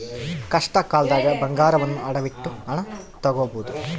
ಕಷ್ಟಕಾಲ್ದಗ ಬಂಗಾರವನ್ನ ಅಡವಿಟ್ಟು ಹಣ ತೊಗೋಬಹುದು